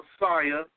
Messiah